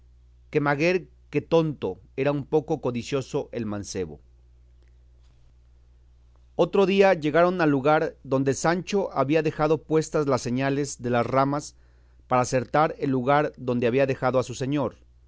que maguer que tonto era un poco codicioso el mancebo otro día llegaron al lugar donde sancho había dejado puestas las señales de las ramas para acertar el lugar donde había dejado a su señor